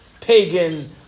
pagan